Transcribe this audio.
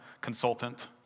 consultant